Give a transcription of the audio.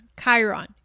Chiron